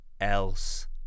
else